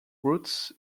roots